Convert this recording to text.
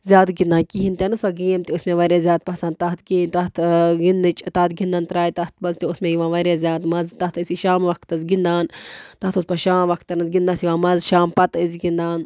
زیادٕ گِنٛدان کِہیٖنٛۍ تہِ نہٕ سۄ گیم تہِ ٲسۍ مےٚ واریاہ زیادٕ پَسَنٛد تَتھ کَمۍ تَتھ گِنٛدنٕچ تَتھ گِنٛدن ترٛایہِ تَتھ منٛز تہِ اوس مےٚ یِوان واریاہ زیادٕ مَزٕ تَتھ ٲسی شام وقتَس گِنٛدان تَتھ اوس پَتہٕ شام وقتَنَس گِنٛدنَس یِوان مَزٕ شام پَتہٕ ٲسۍ گِنٛدان